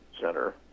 center